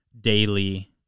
daily